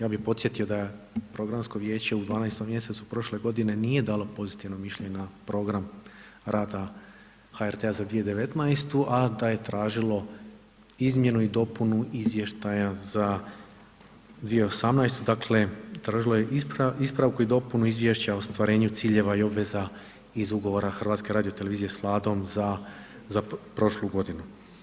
Ja bih podsjetio da je Programsko vijeće u 12. mj. prošle godine nije dalo pozitivno mišljenje na program rada HRT-a za 2019., a da je tražilo izmjenu i dopunu Izvještaja za 2018. dakle, tražilo je ispravku i dopunu Izvješća o ostvarenju ciljeva i obveza iz Ugovora HRT-a s Vladom za prošlu godinu.